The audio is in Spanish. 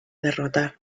derrotar